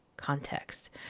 Context